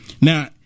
Now